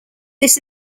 this